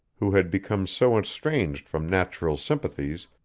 who had become so estranged from natural sympathies,